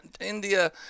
India